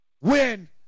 win